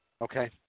okay